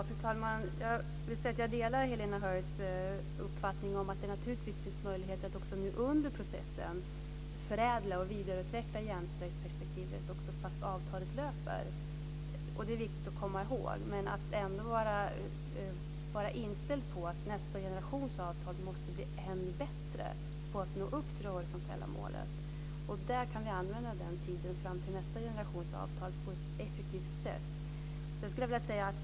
Fru talman! Jag delar Helena Höijs uppfattning om att det naturligtvis finns möjligheter att också nu under processen förädla och vidareutveckla jämställdhetsperspektivet trots att avtalet löper. Detta är viktigt att komma ihåg, men man ska ändå vara inställd på att nästa generations avtal måste bli än bättre på att nå upp till det horisontella målet. Så kan vi använda tiden fram till nästa generations avtal på ett effektivt sätt.